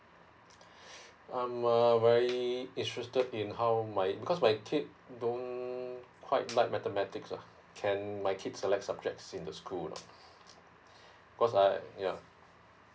um I'm very interested in how might because my kid don't quite like mathematics lah can my kid select subjects in the school lah because I yeah